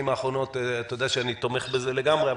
האחרונות אתה יודע שאני תומך בזה לגמרי,